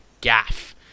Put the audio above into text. gaff